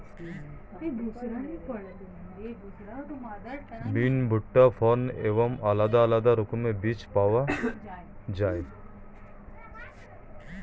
বিন, ভুট্টা, ফার্ন এবং আলাদা আলাদা রকমের বীজ পাওয়া যায়